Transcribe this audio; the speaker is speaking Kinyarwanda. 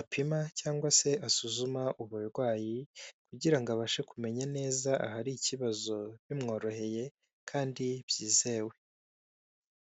apima cyangwa se asuzuma uburwayi kugira ngo abashe kumenya neza ahari ikibazo, bimworoheye kandi byizewe.